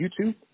YouTube